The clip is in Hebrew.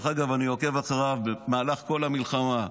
אני עוקב אחריו במהלך כל המלחמה.